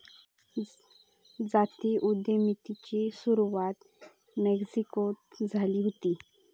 जाती उद्यमितेची सुरवात मेक्सिकोत झाली हुती